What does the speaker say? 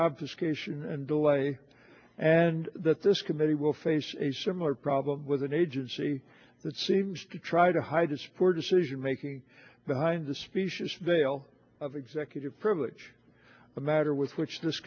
obfuscation and delay and that this committee will face a similar problem with an agency that seems to try to hide its poor decision making behind the specious veil of executive privilege a matter with which this